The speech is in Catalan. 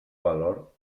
valor